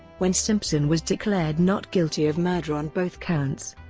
when simpson was declared not guilty of murder on both counts.